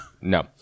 No